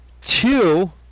Two